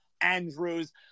Andrews